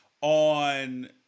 on